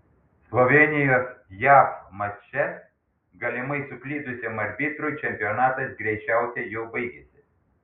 slovėnijos jav mače galimai suklydusiam arbitrui čempionatas greičiausiai jau baigėsi